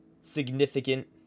significant